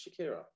Shakira